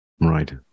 Right